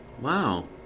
Wow